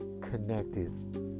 connected